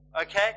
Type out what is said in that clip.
okay